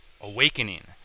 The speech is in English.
awakening